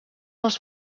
els